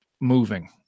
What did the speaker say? moving